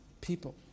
people